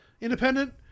independent